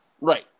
Right